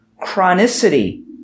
chronicity